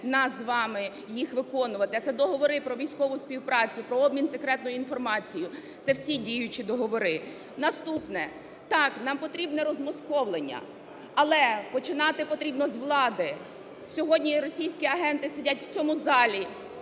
нас з вами їх виконувати, а це договори про військову співпрацю, про обмін секретною інформацією, це всі діючі договори. Наступне. Так, нам потрібне розмосковлення. Але починати потрібно з влади. Сьогодні російські агенти сидять у цьому залі.